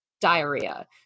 diarrhea